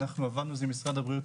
אנחנו עבדנו על זה במשרד הבריאות,